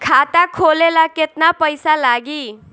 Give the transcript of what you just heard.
खाता खोले ला केतना पइसा लागी?